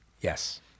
Yes